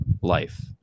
life